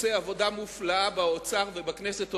עושה עבודה מופלאה באוצר ובכנסת.